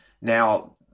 now